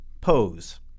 Pose